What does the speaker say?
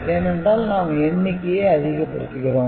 ஏனென்றால் நாம் எண்ணிக்கையை அதிகப் படுத்துகிறோம்